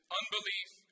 unbelief